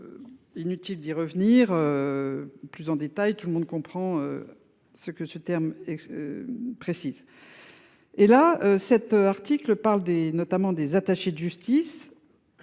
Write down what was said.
Inutile d'y revenir. Plus en détail tout le monde comprend. Ce que ce terme et. Précise. Et là cet article parle des notamment des attachés de justice.